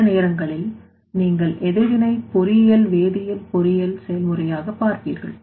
எனவே சில நேரங்களில் நீங்கள் எதிர்வினை பொறியியல்வேதியியல் பொறியியல் செயல்முறையாக பார்ப்பீர்கள்